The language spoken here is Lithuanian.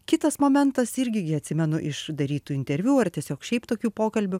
kitas momentas irgi gi atsimenu iš darytų interviu ar tiesiog šiaip tokių pokalbių